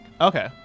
Okay